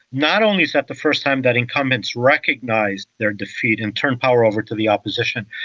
not only is that the first time that incumbents recognise their defeat and turn power over to the opposition,